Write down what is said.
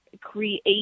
create